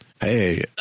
hey